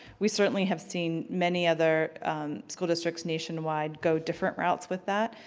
we certainly have seen many other school districts nation-wide go different routes with that.